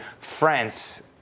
France